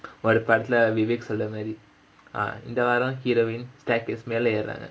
ஒரு படத்துல:oru padathula vivek சொல்லமாரி இந்த வாரம்:sollamaari intha vaaram heroine staircase மேல ஏறுறாங்க:mela eruraanga